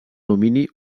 domini